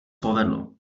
povedlo